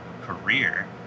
career